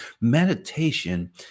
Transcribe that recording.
Meditation